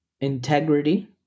integrity